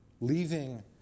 leaving